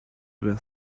were